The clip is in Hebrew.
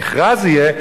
המכרז יהיה,